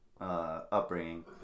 upbringing